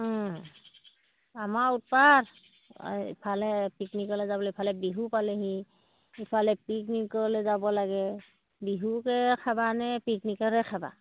আমাৰ উৎপাত ইফালে পিকনিকলৈ যাবলৈ ইফালে বিহু পালেহি ইফালে পিকনিকলৈ যাব লাগে বিহুকে খাবানে পিকনিকতে খাবা